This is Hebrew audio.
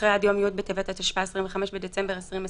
אחרי "עד יום י' בטבת התשפ"א (25 בדצמבר 2020),